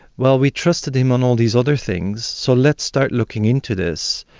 well, we trusted him on all these other things, so let's start looking into this,